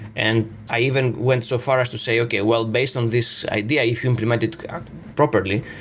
and i even went so far as to say, okay. well, based on this idea, if you implement it properly,